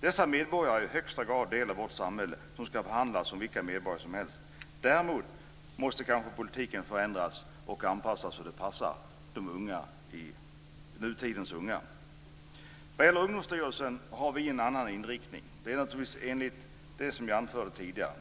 Dessa medborgare är i högsta grad en del av vårt samhälle, och de ska behandlas som vilka medborgare som helst. Däremot måste kanske politiken förändras och anpassas så att den passar nutidens unga. När det gäller Ungdomsstyrelsen har vi en annan inriktning, naturligtvis enligt vad jag anförde tidigare.